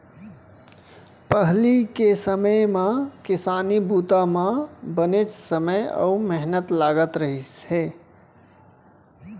पहिली के समे म किसानी बूता म बनेच समे अउ मेहनत लागत रहिस हे